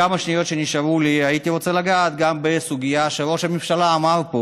בכמה שניות שנשארו לי הייתי רוצה לגעת גם בסוגיה שראש הממשלה אמר פה.